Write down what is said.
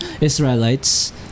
Israelites